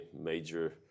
major